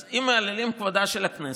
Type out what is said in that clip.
אז אם מהללים את כבודה של הכנסת,